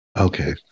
Okay